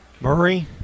Murray